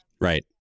Right